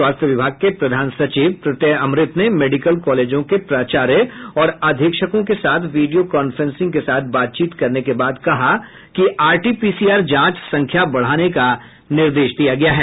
स्वास्थ्य विभाग के प्रधान सचिव प्रत्यय अमृत ने मेडिकल कॉलेजों के प्राचार्य और अधीक्षकों के साथ वीडियो कांफ्रेंसिंग के साथ बातचीत करने के बाद कहा कि आरटी पीसीआर जांच संख्या बढ़ाने का निर्देश दिया गया है